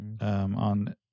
On